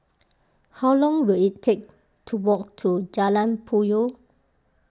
how long will it take to walk to Jalan Puyoh